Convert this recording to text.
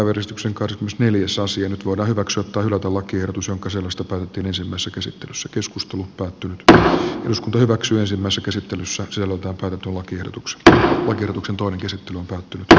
nyt voidaan hyväksyä tai hylätä lakiehdotus jonka sisällöstä päätettiin ensimmäisessä käsittelyssä se lupaa tarttua tux d verotuksen todelliset tunteet tyttö